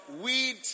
Weed